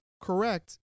correct